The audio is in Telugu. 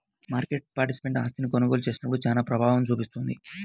మార్కెట్ పార్టిసిపెంట్ ఆస్తిని కొనుగోలు చేసినప్పుడు చానా ప్రభావం చూపిస్తుంది